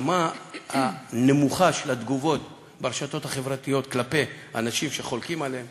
הרמה הנמוכה של התגובות ברשתות החברתיות כלפי אנשים שחולקים עליהם